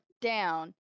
down